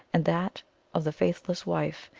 and that of the faithless wife,